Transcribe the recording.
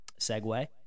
segue